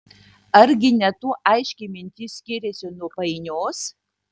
argi ne tuo aiški mintis skiriasi nuo painios